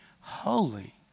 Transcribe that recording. holy